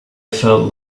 felt